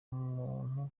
umuntu